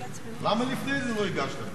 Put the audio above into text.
למה לפני זה לא הגשתם?